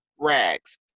rags